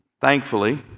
Thankfully